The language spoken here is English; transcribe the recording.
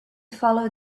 follow